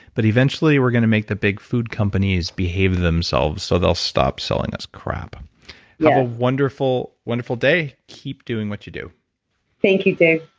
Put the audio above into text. but eventually we're going to make the big food companies behave themselves so they'll stop selling us crap yeah have a wonderful, wonderful day. keep doing what you do thank you, dave